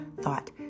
thought